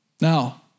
Now